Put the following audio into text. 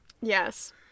Yes